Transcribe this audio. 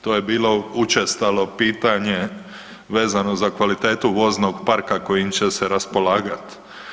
To je bilo učestalo pitanje vezano za kvalitetu voznog parka kojim će se raspolagati.